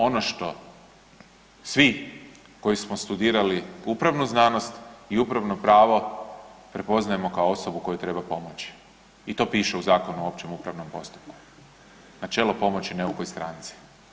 Ono što svi koji smo studirali upravnu znanost i upravno pravo prepoznajemo kao osobu kojoj treba pomoć i to piše u Zakonu o općem upravnom postupku načelo pomoći neukoj stranci.